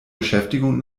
beschäftigung